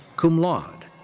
cum laude.